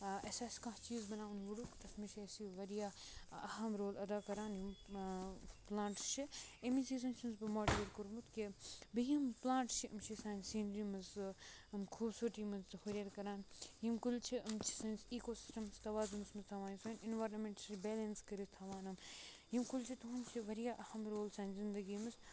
اَسہِ آسہِ کانہہ چیٖز بَناوُن وُڈُک تَتھ منٛزچھِ أسۍ واریاہ اَہم رول اَدا کران یِم پٔلانٹٔس چھِ اَمی چیٖزَن چھَس بہٕ موٹِویٹ کوٚرمُت کہِ بیٚیہِ یِم پٔلانٹس چھِ یِم چھِ سانہِ سیٖنری منٛز خوٗبصوٗرتی منٛز تہِ ہُریر کران یِم کُلۍ چھِ یِم چھِ سٲنِس اِکوسِسٹَمَس تَوازُنَس منز تھاوان اینورنمنٹ چھِ بیلَنس کرِتھ تھاوان یِم یِم کُلۍ چھِ یِہُند چھُ واریاہ اَہم رول سانہِ زندگی منٛز